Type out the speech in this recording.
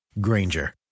Granger